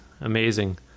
Amazing